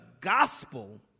gospel